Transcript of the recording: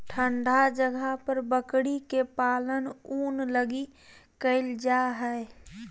ठन्डा जगह पर बकरी के पालन ऊन लगी कईल जा हइ